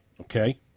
okay